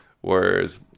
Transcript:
Whereas